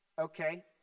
Okay